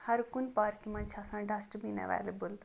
ہر کُنہِ پاٹی مَنٛز چھِ ڈَسٹبیٖن آسان ایویلیبل